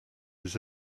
his